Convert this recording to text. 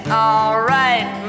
alright